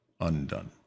undone